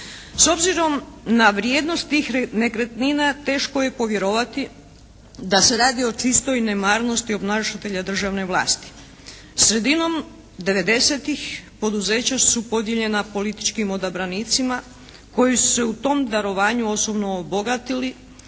S obzirom na vrijednost tih nekretnina teško je povjerovati da se radi o čistoj nemarnosti obnašatelja državne vlasti. Sredinom '90.-tih poduzeća su podijeljena političkim odabranicima koji su se u tom darovanju osobno obogatili,